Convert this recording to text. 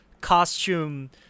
costume